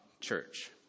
church